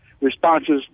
responses